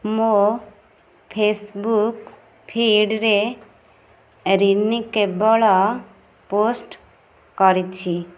ମୋ' ଫେସବୁକ୍ ଫିଡ୍ରେ ରିନି କେବଳ ପୋଷ୍ଟ କରିଛି